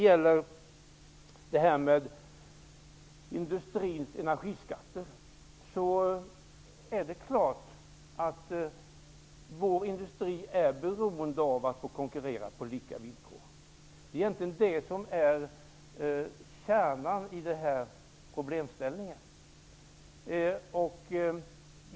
Vår industri är beroende av att få konkurrera på lika villkor. Det är egentligen kärnan i problemställningen.